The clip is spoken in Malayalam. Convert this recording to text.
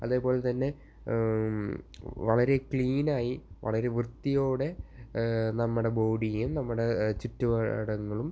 അതേപോലെതന്നെ വളരെ ക്ലീനായി വളരെ വൃത്തിയോടെ നമ്മുടെ ബോഡിയും നമ്മുടെ ചുറ്റുപാടുകളും